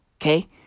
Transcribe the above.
Okay